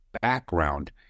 background